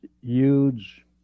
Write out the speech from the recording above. huge